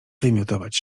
wymiotować